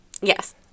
Yes